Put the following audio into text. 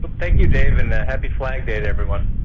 but thank you, dave, and happy flag day to everyone.